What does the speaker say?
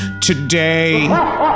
today